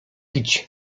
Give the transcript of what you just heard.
pić